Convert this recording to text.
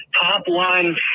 top-line